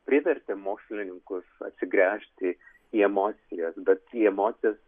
privertė mokslininkus atsigręžti į emocijas bet į emocijas